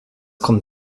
kommt